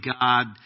God